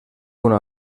una